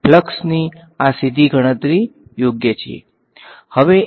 Field should go to 0 right so this term is going to go to 0 ok